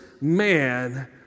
man